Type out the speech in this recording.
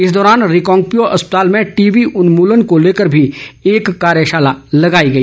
इस दौरान रिकांगपिओ अस्पताल में टीवी उन्मलन को लेकर एक कार्यशाला भी लगाई गई